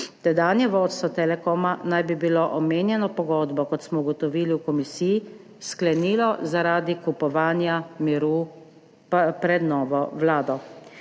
Tedanje vodstvo Telekoma naj bi omenjeno pogodbo, kot smo ugotovili v komisiji, sklenilo zaradi kupovanja miru pred novo vlado.